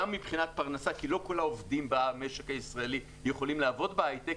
גם מבחינת פרנסה כי לא כל העובדים במשק הישראלי יכולים לעבוד בהייטק,